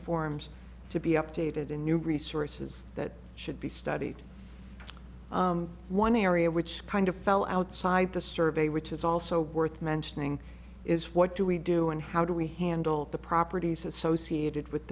forms to be updated in new resources that should be studied one area which kind of fell outside the survey which is also worth mentioning is what do we do and how do we handle the properties associated with